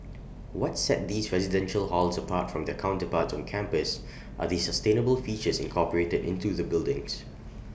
what set these residential halls apart from their counterparts on campus are the sustainable features incorporated into the buildings